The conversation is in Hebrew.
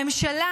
הממשלה,